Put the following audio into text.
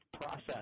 process